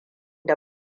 da